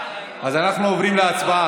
אז אנחנו עוברים להצבעה.